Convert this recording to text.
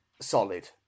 solid